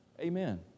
Amen